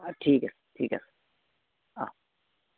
ঠিক আছে ঠিক আছে অঁ